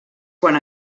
quan